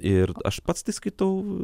ir aš pats tai skaitau